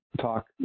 talk